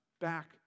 back